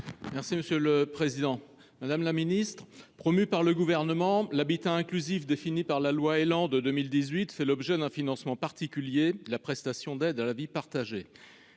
Merci, monsieur le Président Madame la Ministre promue par le gouvernement. L'habitat inclusif défini par la loi Elan de 2018 fait l'objet d'un financement particulier la prestation d'aide à la vie partagée.